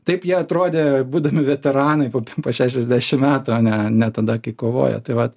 taip jie atrodė būdami veteranai po šešiasdešim metų o ne ne tada kai kovojo tai vat